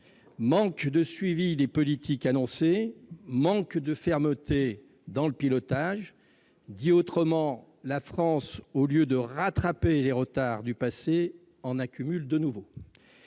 manque de suivi des politiques annoncées, manque de fermeté dans le pilotage, autrement dit, la France, au lieu de rattraper les retards du passé, en accumule de nouveaux.